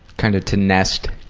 kind of to nest.